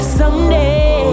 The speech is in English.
someday